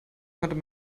konnte